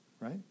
Right